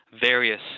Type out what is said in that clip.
various